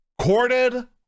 corded